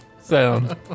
sound